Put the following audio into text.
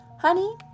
honey